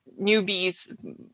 Newbies